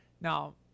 Now